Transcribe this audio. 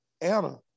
Anna